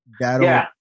that'll